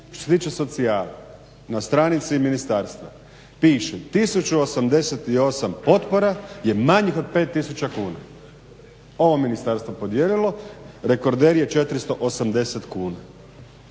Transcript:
Što se tiče socijale na stranici ministarstva piše 1088 potpora je manjih od 5 tisuća kuna ovo ministarstvo podijelilo. Rekorder je 480 kuna.